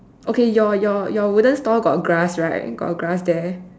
okay your your your wooden stall got grass right got grass there